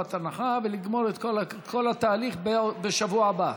מחובת הנחה ולגמור את כל התהליך בשבוע הבא.